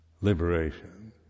liberation